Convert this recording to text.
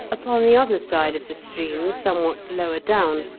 upon the other side of the stream, somewhat lower down,